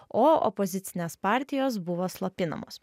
o opozicinės partijos buvo slopinamos